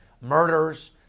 murders